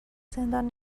زندان